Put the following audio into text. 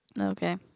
Okay